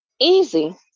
Easy